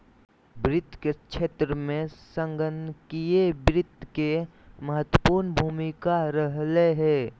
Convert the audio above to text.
वित्त के क्षेत्र में संगणकीय वित्त के महत्वपूर्ण भूमिका रहलय हें